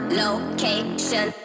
location